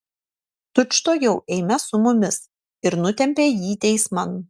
tučtuojau eime su mumis ir nutempė jį teisman